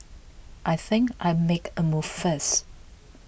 I think I make a move first